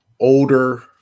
older